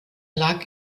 lag